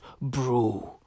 brew